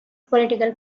political